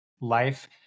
life